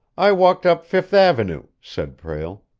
i walked up fifth avenue, said prale.